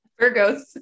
virgos